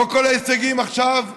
לא כל ההישגים עכשיו,